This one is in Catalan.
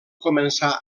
començar